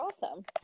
awesome